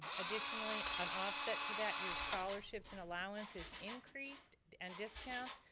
additionally on offset to that, your scholarships and allowances increased and discounts.